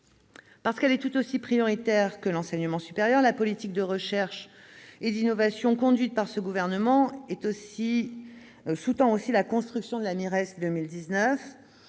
Parce qu'elle est tout aussi prioritaire que l'enseignement supérieur, la politique de recherche et d'innovation conduite par ce gouvernement sous-tend également la construction de la MIRES 2019.